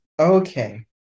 Okay